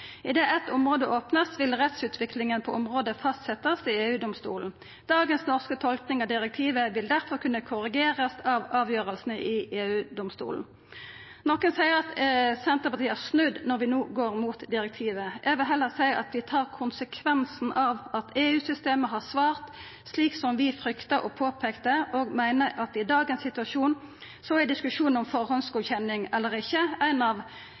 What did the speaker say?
Idet eit område vert opna, vil rettsutviklinga på området verta fastsett i EU-domstolen. Dagens norske tolking av direktivet vil derfor kunna verta korrigert av avgjersler i EU-domstolen.» Nokon seier at Senterpartiet har snudd når vi no går imot direktivet. Eg vil heller seia at vi tar konsekvensen av at EU-systemet har svart slik som vi frykta og påpeikte, og meiner at i dagens situasjon er diskusjonen om førehandsgodkjenning eller ikkje ein av